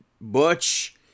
Butch